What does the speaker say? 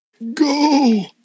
Go